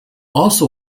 also